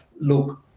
look